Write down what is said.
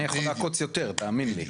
אני יכול לעקוץ יותר, תאמין לי.